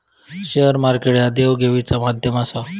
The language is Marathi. शेअर मार्केट ह्या देवघेवीचा माध्यम आसा